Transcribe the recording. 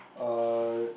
uh